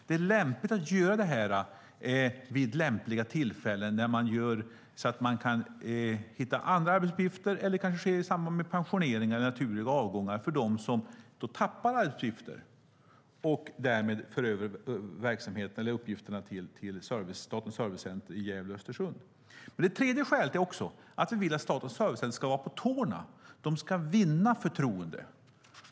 Detta bör göras vid lämpliga tillfällen. När man kan hitta andra arbetsuppgifter eller har pensioneringar och naturliga avgångar kan man föra över arbetsuppgifter till Statens servicecenter i Gävle och Östersund. Det tredje skälet är att vi vill att Statens servicecenter ska vara på tårna. De ska vinna förtroende.